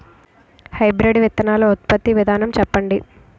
Hybrid విత్తనాలు ఉత్పత్తి విధానం చెప్పండి?